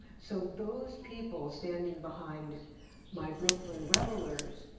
so those people standing behind my brooklyn revelers,